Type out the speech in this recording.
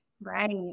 Right